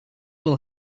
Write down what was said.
will